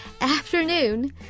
afternoon